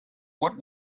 what